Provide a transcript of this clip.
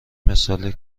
مثالی